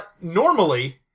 normally